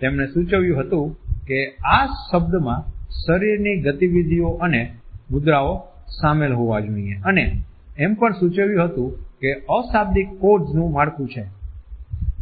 તેમણે સૂચવ્યું હતું કે આ શબ્દમાં શરીરની ગતિવિધિઓ અને મુદ્રાઓ શામેલ હોવા જોઈએ અને એમ પણ સૂચવ્યું હતું કે અશાબદિક કોડ્સ નું માળખું છે